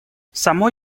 само